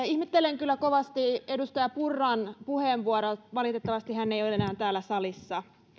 ihmettelen kyllä kovasti edustaja purran puheenvuoroa valitettavasti hän ei ole enää täällä salissa